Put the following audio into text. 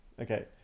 Okay